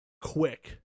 quick